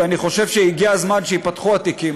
ואני חושב שהגיע הזמן שייפתחו התיקים,